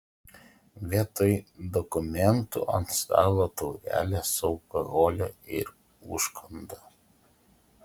vietoj dokumentų ant stalo taurelės su alkoholiu ir užkanda